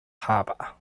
harbor